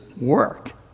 work